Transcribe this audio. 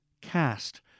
cast